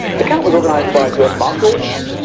the count was organized by u s. marshals,